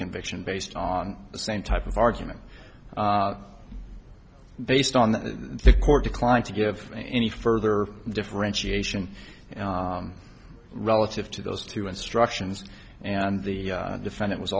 conviction based on the same type of argument based on that the court declined to give any further differentiation relative to those two instructions and the defendant was